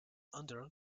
under